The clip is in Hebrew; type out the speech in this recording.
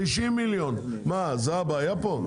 90 מיליון מה, זאת הבעיה פה?